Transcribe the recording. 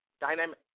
dynamic